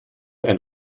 ein